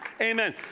amen